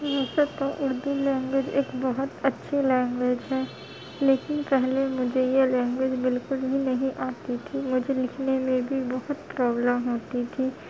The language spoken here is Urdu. ویسے تو اردو لینگویج ایک بہت اچھی لینگویج ہے لیکن پہلے مجھے یہ لینگویج بالکل ہی نہیں آتی تھی مجھے لکھنے میں بھی بہت پروبلم ہوتی تھی